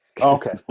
Okay